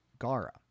Gara